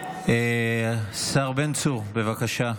השר בן צור, בבקשה,